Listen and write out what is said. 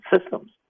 systems